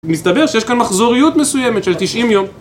מסתבר שיש כאן מחזוריות מסוימת של 90 יום.